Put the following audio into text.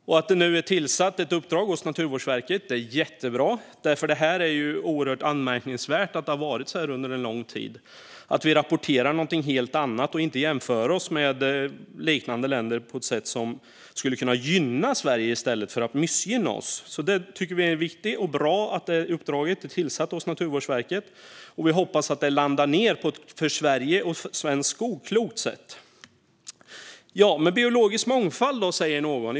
Att Naturvårdsverket nu har fått ett uppdrag är jättebra, för det är ju oerhört anmärkningsvärt att det under en lång tid har varit så att vi rapporterar något helt annat och inte jämför oss med liknande länder på ett sätt som skulle kunna gynna oss i Sverige i stället för att missgynna oss. Vi tycker att det är viktigt och bra att det uppdraget har getts till Naturvårdsverket, och vi hoppas att det landar på ett för Sverige och svensk skog klokt sätt. Men biologisk mångfald, då? säger någon.